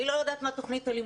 היא לא יודעת מה תוכנית הלימודים,